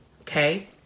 Okay